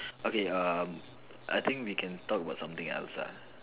okay um I think we can talk about something else ah